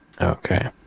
Okay